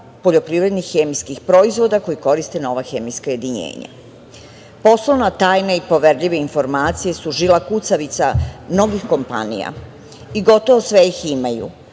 poljoprivrednih i hemijskih proizvoda koji koriste nova hemijska jedinjenja. Poslovna tajna i poverljive informacije su žila kucavica mnogih kompanija i gotovo sve ih imaju,